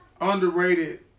underrated